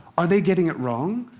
are they getting it wrong?